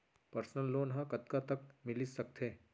Personal loan ह कतका तक मिलिस सकथे?